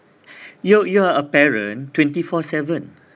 you you are a parent twenty-four seven